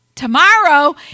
Tomorrow